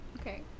okay